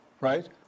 right